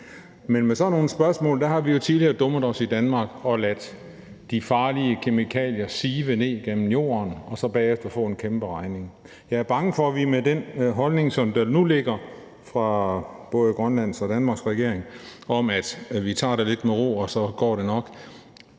Men med sådan nogle spørgsmål har vi jo tidligere dummet os i Danmark og ladet de farlige kemikalier sive ned gennem jorden og så bagefter fået en kæmpe regning. Jeg er bange for, at vi med den holdning, som der nu er i både Grønlands og Danmarks regering om, at vi tager den lidt med ro, og så går det nok,